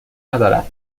ندارد